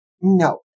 No